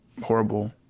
horrible